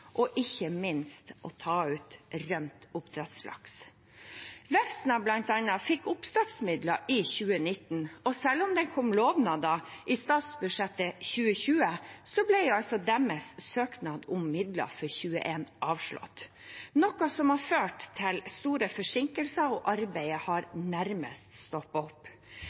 og ikke minst ta ut rømt oppdrettslaks. Blant annet Vefsna fikk oppstartsmidler i 2019, og selv om det kom lovnader i statsbudsjettet for 2020, ble deres søknad om midler for 2021 avslått, noe som har ført til store forsinkelser og at arbeidet nærmest har stoppet opp.